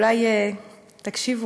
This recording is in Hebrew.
אולי תקשיבו,